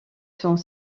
sont